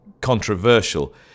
controversial